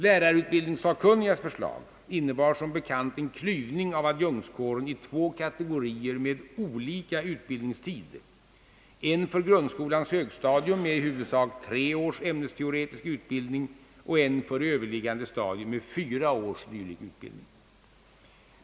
Lärarutbildningssakkunnigas förslag innebar som bekant en klyvning av adjunktskåren i två kategorier med olika utbildningstid, en för grundskolans högstadium med i huvudsak tre års ämnesteoretisk utbildning och en för överliggande stadier med fyra års dylik utbildning.